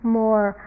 more